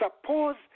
suppose